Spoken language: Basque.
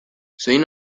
zein